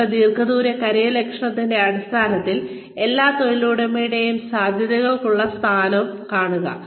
നിങ്ങളുടെ ദീർഘദൂര കരിയർ ലക്ഷ്യത്തിന്റെ അടിസ്ഥാനത്തിൽ എല്ലാ തൊഴിലുടമയേയും സാധ്യതയുള്ള സ്ഥാനവും കാണുക